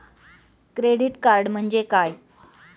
Credit card म्हणजे काय?